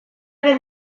den